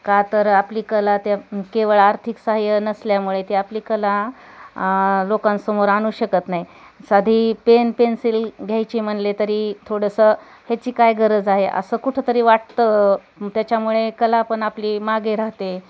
का तर आपली कला त्या केवळ आर्थिक सहाय्य नसल्यामुळे ती आपली कला लोकांसमोर आणू शकत नाही साधी पेन पेन्सिल घ्यायची म्हणले तरी थोडंसं ह्याची काय गरज आहे असं कुठंतरी वाटतं त्याच्यामुळे कला पण आपली मागे राहते